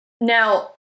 Now